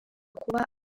kuba